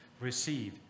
receive